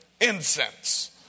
incense